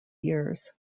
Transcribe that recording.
years